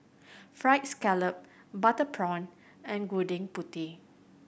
Fried Scallop Butter Prawn and Gudeg Putih